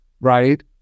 right